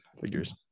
Figures